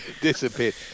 Disappeared